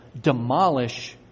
demolish